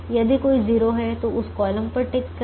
यदि कोई 0 है तो उस कॉलम पर टिक करें